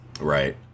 Right